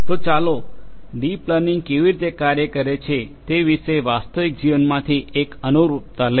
તો ચાલો deep learning કેવી રીતે કાર્ય કરે છે તે વિશે વાસ્તવિક જીવનમાંથી એક અનુરૂપતા લઈએ